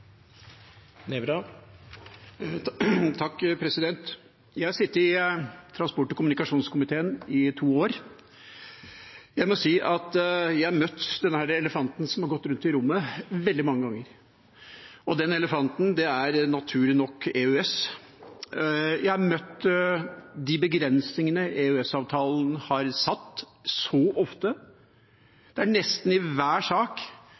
Jeg har sittet i transport- og kommunikasjonskomiteen i to år, og jeg må si at jeg har møtt denne elefanten som har gått rundt i rommet, veldig mange ganger, og den elefanten er, naturlig nok, EØS. Jeg har møtt de begrensningene EØS-avtalen har satt, så ofte – nesten i hver sak